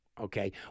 Okay